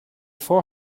four